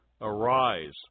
Arise